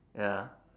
ya